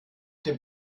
dem